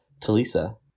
talisa